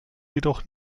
jedoch